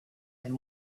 and